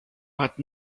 but